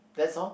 that's all